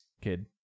kid